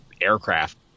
aircraft